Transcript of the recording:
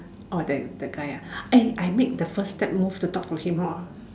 oh that that guy ah eh I make the first step move to talk to him hor